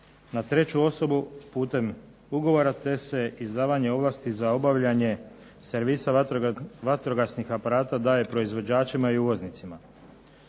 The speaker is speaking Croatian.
na treću osobu putem ugovora te se izdavanje ovlasti za obavljanje servisa vatrogasnih aparata daje proizvođačima i uvoznicima.